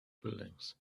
buildings